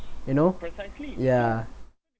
you know ya